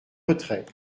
retrait